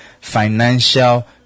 financial